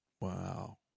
Wow